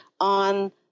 on